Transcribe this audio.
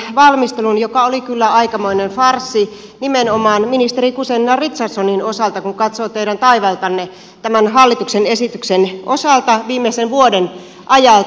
sitten tähän vanhuspalvelulain valmisteluun joka oli kyllä aikamoinen farssi nimenomaan ministeri guzenina richardsonin osalta kun katsoo teidän taivaltanne tämän hallituksen esityksen osalta viimeisen vuoden ajalta